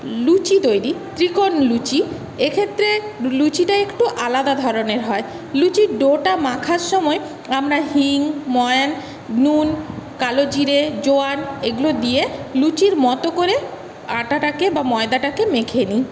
লুচি তৈরি ত্রিকোণ লুচি এক্ষেত্রে লুচিটা একটু আলাদা ধরণের হয় লুচির ডোটা মাখার সময় আমরা হিং ময়ান নুন কালো জিরে জোয়ান এগুলো দিয়ে লুচির মতো করে আটাটাকে বা ময়দাটাকে মেখে নিই